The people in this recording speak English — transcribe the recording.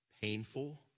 painful